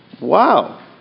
Wow